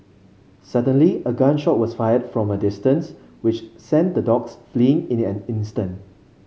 suddenly a gun shot was fired from a distance which sent the dogs fleeing in an instant